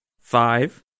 Five